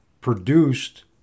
produced